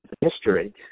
history